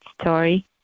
story